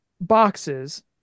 boxes